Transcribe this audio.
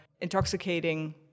intoxicating